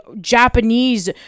japanese